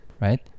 right